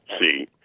See